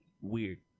weird